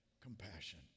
compassion